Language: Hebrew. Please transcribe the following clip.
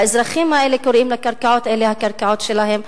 האזרחים האלה קוראים לקרקעות האלה הקרקעות שלהם.